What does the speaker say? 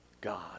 God